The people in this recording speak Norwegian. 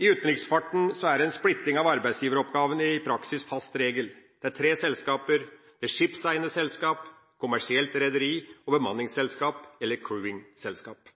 I utenriksfarten er en splitting av arbeidsgiveroppgavene i praksis fast regel. Det er tre selskaper: skipseiende selskap, kommersielt rederi og bemanningsselskap eller